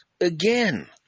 again